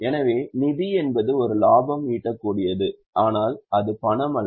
எனவே நிதி என்பது ஒரு லாபம் ஈட்டக்கூடியது ஆனால் அது பணம் அல்ல